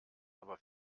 aber